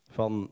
...van